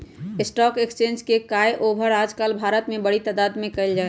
stock exchange के काएओवार आजकल भारत में बडी तादात में कइल जा हई